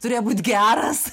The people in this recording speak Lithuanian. turėjo būt geras